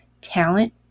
talent